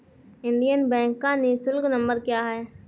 Indian bank का निःशुल्क number क्या है?